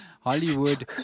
Hollywood